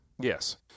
Yes